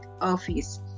office